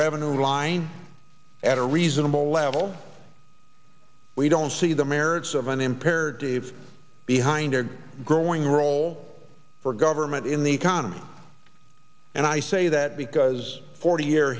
revenue line at a reasonable level we don't see the merits of an imperative behind our growing role for government in the economy and i say that because forty year